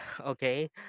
okay